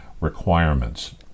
requirements